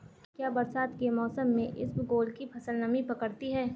क्या बरसात के मौसम में इसबगोल की फसल नमी पकड़ती है?